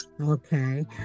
Okay